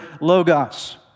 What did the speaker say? logos